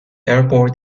airport